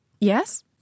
Yes